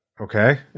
Okay